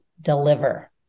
deliver